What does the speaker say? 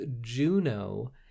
Juno